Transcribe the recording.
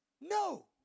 no